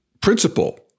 principle